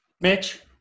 Mitch